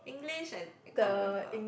English and I can't remember